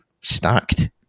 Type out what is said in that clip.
stacked